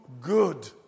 good